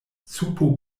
supo